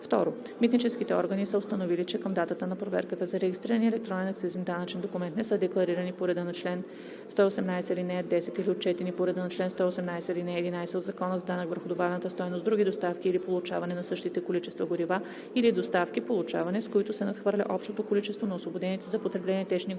2. митническите органи са установили, че към датата на проверката за регистрирания електронен акцизен данъчен документ не са декларирани по реда на чл. 118, ал. 10 или отчетени по реда на чл. 118, ал. 11 от Закона за данък върху добавената стойност други доставки или получаване на същите количества горива, или доставки/получаване, с които се надхвърля общото количество на освободените за потребление течни горива